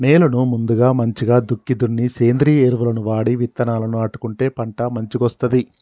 నేలను ముందుగా మంచిగ దుక్కి దున్ని సేంద్రియ ఎరువులను వాడి విత్తనాలను నాటుకుంటే పంట మంచిగొస్తది